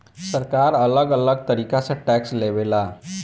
सरकार अलग अलग तरीका से टैक्स लेवे ला